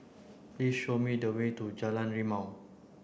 please show me the way to Jalan Rimau